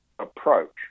approach